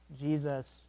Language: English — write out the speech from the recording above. Jesus